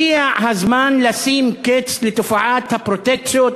הגיע הזמן לשים קץ לתופעת הפרוטקציות